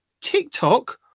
TikTok